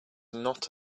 not